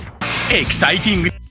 Exciting